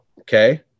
Okay